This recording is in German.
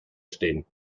stehen